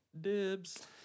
Dibs